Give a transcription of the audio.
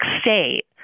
State